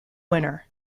winner